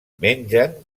mengen